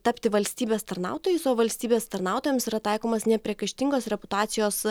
tapti valstybės tarnautojais o valstybės tarnautojams yra taikomas nepriekaištingos reputacijos